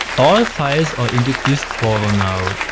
all files are in the dist folder now,